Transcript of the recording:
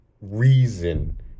reason